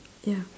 ya